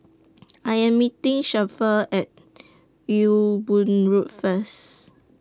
I Am meeting Shafter At Ewe Boon Road First